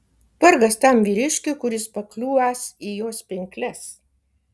vargas tam vyriškiui kuris pakliūvąs į jos pinkles